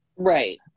Right